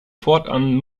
fortan